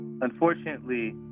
unfortunately